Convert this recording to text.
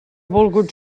volgut